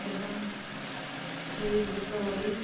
ଏବଂ ସେହି ପୁସ୍ତକଟି